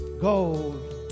gold